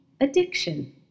addiction